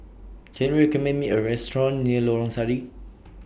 Can YOU recommend Me A Restaurant near Lorong Sari